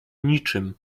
niczym